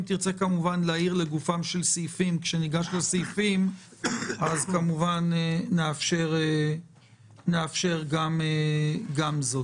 אם תרצה להעיר לגופם של סעיפים כשניגש לסעיפים אז כמובן נאפשר גם זאת.